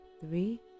three